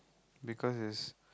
because it's